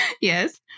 Yes